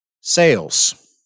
sales